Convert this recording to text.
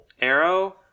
Arrow